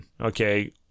okay